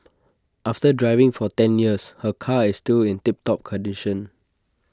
after driving for ten years her car is still in tip top condition